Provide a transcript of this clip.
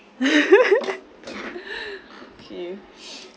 okay